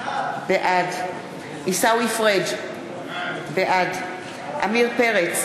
בעד עיסאווי פריג' בעד עמיר פרץ,